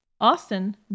Austin